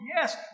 yes